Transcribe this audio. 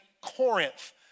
Corinth